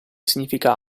significa